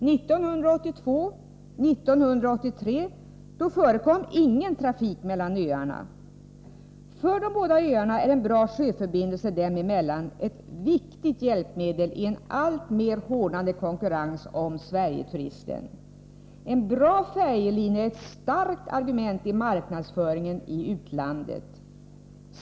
1982 och 1983 förekom ingen trafik mellan öarna. För de båda öarna är en bra sjöförbindelse dem emellan ett viktigt hjälpmedel i en alltmer hårdnande konkurrens om Sverigeturisten. En bra färjelinje är ett starkt argument i marknadsföringen i utlandet.